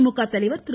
திமுக தலைவர் திரு